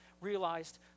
realized